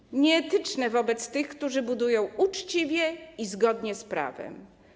Jest to nieetyczne wobec tych, którzy budują uczciwie i zgodnie z prawem.